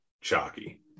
chalky